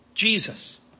Jesus